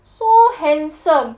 so handsome